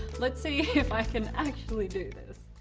let's see if i can actually do this.